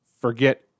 Forget